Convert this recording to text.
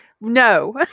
no